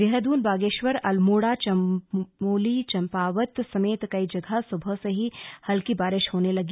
देहरादून बागेश्वर अल्मोड़ा चमोली चंपावत समेत कई जगह सुबह से ही हल्की बारिश होने लगी